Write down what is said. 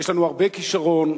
יש לנו הרבה כשרון,